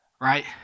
Right